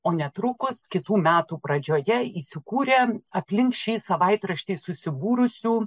o netrukus kitų metų pradžioje įsikūrė aplink šį savaitraštį susibūrusių